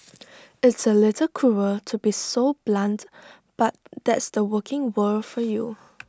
it's A little cruel to be so blunt but that's the working world for you